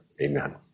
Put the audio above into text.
Amen